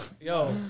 Yo